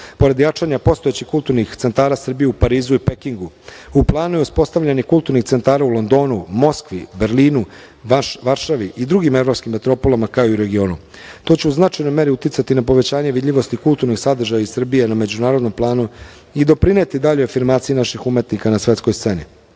Pored jačanja postojećih kulturnih centara Srbije u Parizu i Pekingu, u planu je uspostavljanje kulturnih centara u Londonu, Moskvi, Berlinu, Varšavi i drugim evropskim metropolama, kao i u regionu. To će u značajno meri uticati na povećanje vidljivosti kulturnih sadržaja iz Srbije na međunarodnom planu i doprineti daljoj afirmaciji naših umetnika na svetskoj sceni. Dame